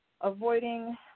avoiding